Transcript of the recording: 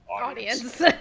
audience